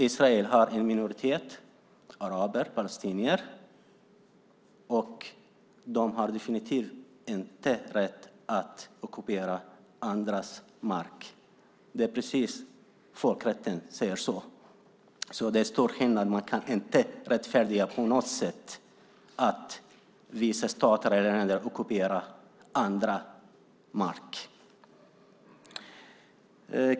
Israel har en minoritet - araber och palestinier. Israel har definitivt inte rätt att ockupera andras mark. Så säger folkrätten. Det är stor skillnad. Man kan inte på något sätt rättfärdiga att vissa stater och länder ockuperar andras mark.